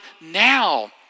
now